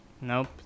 Nope